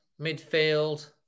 midfield